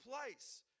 place